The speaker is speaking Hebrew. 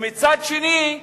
ומצד שני,